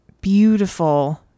beautiful